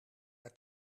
haar